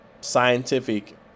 scientific